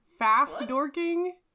Faff-dorking